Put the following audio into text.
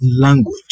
language